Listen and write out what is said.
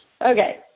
Okay